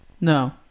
No